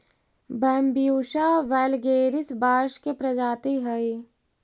Bambusa वैलगेरिस बाँस के प्रजाति हइ